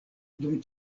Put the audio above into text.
dum